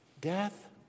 death